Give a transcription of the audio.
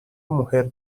mujer